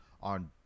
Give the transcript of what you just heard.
on